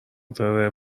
داره